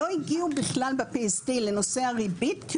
לא הגיעו בכלל ב-PSD לנושא הריבית כי